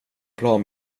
plan